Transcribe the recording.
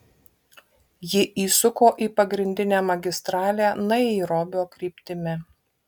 ji įsuko į pagrindinę magistralę nairobio kryptimi